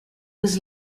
was